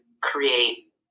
create